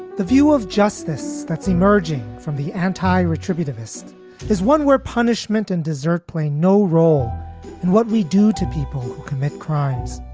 the view of justice that's emerging from the anti retributive east is one where punishment and deserve play no role in what we do to people who commit crimes